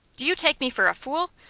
do you take me for a fool?